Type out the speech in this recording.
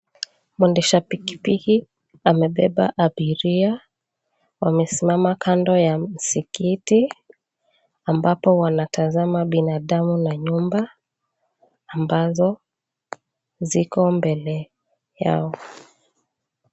Mwendesha pikipiki amebeba abiria, wamesimama kando ya msikiti ambapo wanatazama binadamu na nyumba ambazo ziko mbele yao.